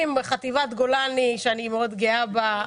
עם חטיבת גולני שאני גאה בה מאוד,